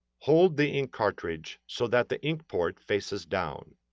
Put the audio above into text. hold the ink cartridge so that the ink port faces down.